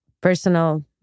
personal